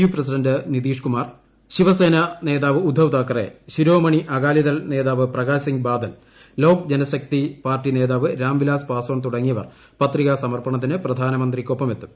U president Nitish Kumar Shiv Sena നേതാവ് ഉദ്ധവ് താക്കറെ ശിരോമണി അകാലിദൾ നേതാവ് Prakash Singh Badal Lok Janshakti party നേതാവ് രാം വിലാസ് പാസ്വാൻ തുടങ്ങിയവർ പത്രികാ സമർപ്പണത്തിന് പ്രധാനമന്ത്രിക്കൊപ്പമെത്തും